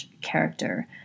character